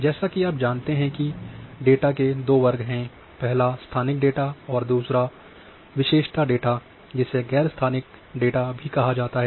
जैसा कि आप जानते हैं कि डेटा के दो वर्ग हैं पहला स्थानिक डेटा है और दूसरा विशेषता डेटा जिसे गैर स्थानिक डेटा भी कहा जाता है